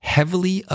Heavily